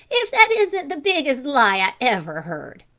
if that isn't the biggest lie i ever heard!